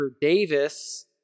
Davis